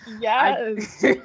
Yes